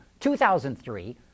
2003